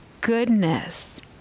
goodness